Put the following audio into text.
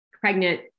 pregnant